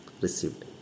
received